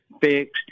fixed